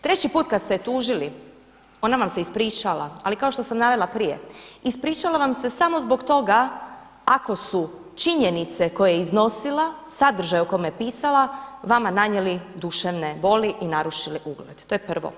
Treći put kad ste je tužili onda vam se ispričala ali kao što sam navela prije ispričala vam se samo zbog toga ako su činjenice koje je iznosila, sadržaj o kome je pisala vama nanijeli duševne boli i narušili ugled, to je prvo.